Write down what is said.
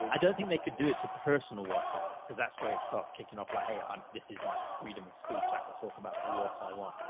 i don't think they could do it to personal whatsapp cause that's where it starts kicking off like, hey, i'm, this is my freedom of speech. i can talk about what i want.